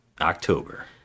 October